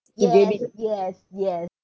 yes yes yes